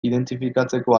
identifikatzeko